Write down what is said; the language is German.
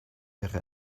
ihre